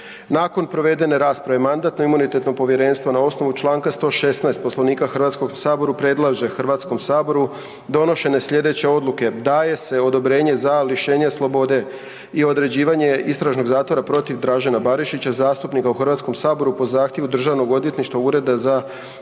nakon provedene rasprave, Mandatno-imunitetno povjerenstvo na osnovu čl. 116. Poslovnika HS-a predlaže HS-u donošenje sljedeće odluke: Daje se odobrenje za lišenje slobode i određivanje istražnog zatvora protiv Dražena Barišića, zastupnika u HS-u po zahtjevu Državnog odvjetništva, Ureda za suzbijanje